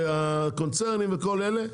והקונצרנים וכל אלה,